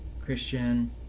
Christian